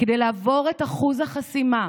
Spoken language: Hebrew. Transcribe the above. כדי לעבור את אחוז החסימה,